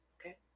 Okay